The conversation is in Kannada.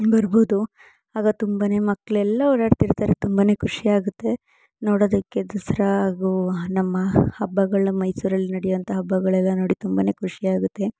ಬರಬೋದು ಆಗ ತುಂಬನೇ ಮಕ್ಳೆಲ್ಲ ಓಡಾಡ್ತಿರ್ತಾರೆ ತುಂಬನೇ ಖುಷಿಯಾಗುತ್ತೆ ನೋಡೋದಕ್ಕೆ ದಸರಾ ಹಾಗೂ ನಮ್ಮ ಹಬ್ಬಗಳು ಮೈಸೂರಲ್ಲಿ ನಡೆಯುವಂಥ ಹಬ್ಬಗಳೆಲ್ಲ ನೋಡಿ ತುಂಬನೇ ಖುಷಿಯಾಗುತ್ತೆ